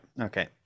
Okay